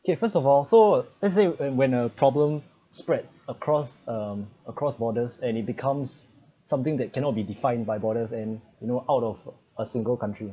okay first of all so let's say uh and when a problem spreads across um across borders and it becomes something that cannot be defined by borders and you know out of a single country